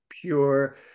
Pure